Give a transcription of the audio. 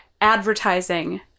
advertising